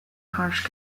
harsh